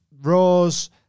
rose